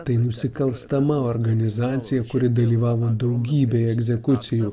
tai nusikalstama organizacija kuri dalyvavo daugybėje egzekucijų